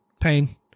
pain